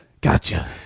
Gotcha